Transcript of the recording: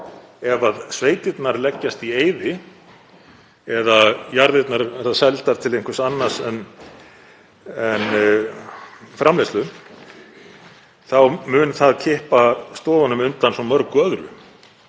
Ef sveitirnar leggjast í eyði eða jarðirnar verða seldar til einhvers annars en framleiðslu mun það kippa stoðunum undan svo mörgu öðru.